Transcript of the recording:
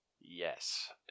Yes